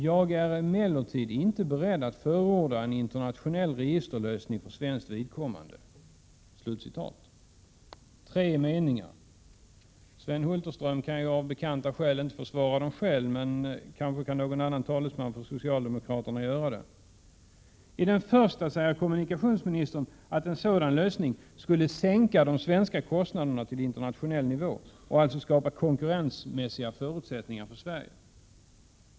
Jag är emellertid inte beredd att förorda en internationell registerlösning för svenskt vidkommande.” Det var tre meningar från propositionen. Sven Hulterström kan ju av bekanta skäl inte försvara dem själv, men någon annan talesman för socialdemokraterna kanske kan göra det. I den första meningen säger kommunikationsministern att en sådan lösning skulle sänka de svenska kostnaderna till internationell nivå och alltså skapa konkurrensmässiga förutsättningar för Sverige.